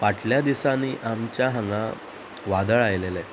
फाटल्या दिसांनी आमच्या हांगा वादळ आयलेलें